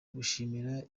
gushimira